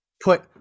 put